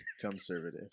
conservative